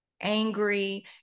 angry